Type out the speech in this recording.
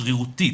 שרירותית,